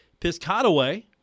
Piscataway